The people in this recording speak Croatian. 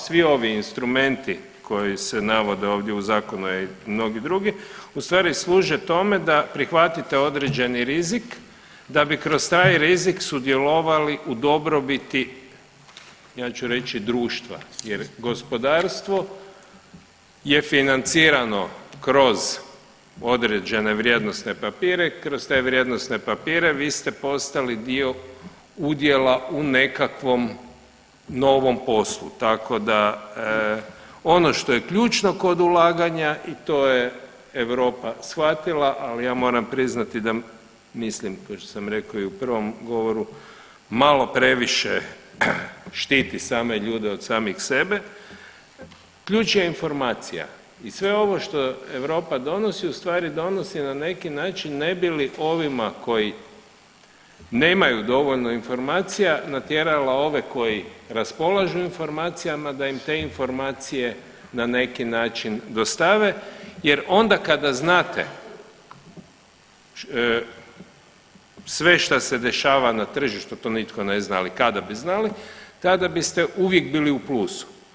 Svi ovi instrumenti koji se navode ovdje u zakonu, a i mnogi drugi u stvari služe tome da prihvatite određeni rizik da bi kroz taj rizik sudjelovali u dobrobiti ja ću reći društva jer gospodarstvo je financirano kroz određene vrijednosne papire, kroz te vrijednosne papire vi ste postali dio udjela u nekakvom novom poslu, tako da ono što je ključno kod ulaganja i to je Europa shvatila, ali ja moram priznati da mislim košto sam rekao i u prvom govoru malo previše štiti same ljude od samih sebe, ključ je informacija i sve ovo što Europa donosi u stvari donosi na neki način ne bi li ovima koji nemaju dovoljno informacija natjerala ove koji raspolažu informacijama da im te informacije na neki način dostave jer onda kada znate sve šta se dešava na tržištu, to nitko ne zna, ali kada bi znali tada biste uvijek bili u plusu.